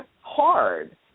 hard